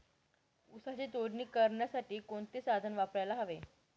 ऊसाची तोडणी करण्यासाठी कोणते साधन वापरायला हवे?